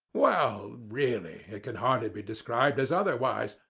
well, really, it can hardly be described as otherwise,